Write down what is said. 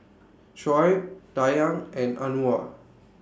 Shoaib Dayang and Anuar